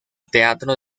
teatro